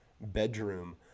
bedroom